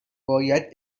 باید